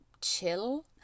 chill